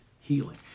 healing